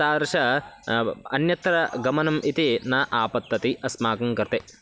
तादृशम् अन्यत्र गमनम् इति न आपतति अस्माकङ्कृते